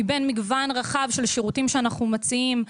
מבין מגוון רחב של שירותים שאנחנו מציעים,